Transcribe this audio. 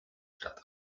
stadt